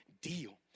deal